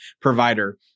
provider